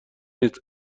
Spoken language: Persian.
نیست